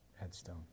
headstone